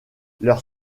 leur